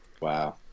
wow